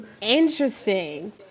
Interesting